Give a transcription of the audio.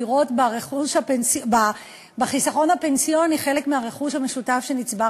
לראות בחיסכון הפנסיוני חלק מהרכוש המשותף שנצבר,